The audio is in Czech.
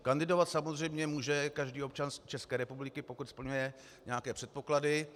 Kandidovat samozřejmě může každý občan České republiky, pokud splňuje nějaké předpoklady.